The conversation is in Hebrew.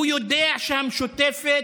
הוא יודע שהמשותפת